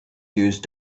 use